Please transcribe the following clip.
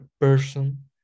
person